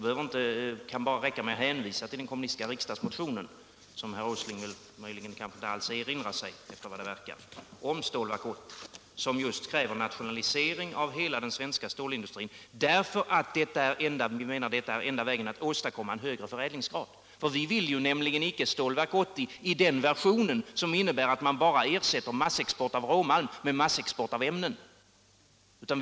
Det kan räcka med att hänvisa till den kommunistiska riksdagsmotionen, som herr Åsling möjligen inte alls kan erinra sig, om Stålverk 80 som just kräver nationalisering av hela den svenska stålindustrin, därför att det är enda vägen att åstadkomma en högre förädlingsgrad. Vi vill ju nämligen icke ha Stålverk 80 i den versionen som innebär att man bara ersätter massexport av råmalm med massexport av ämnen.